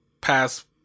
past